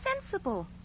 sensible